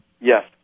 Yes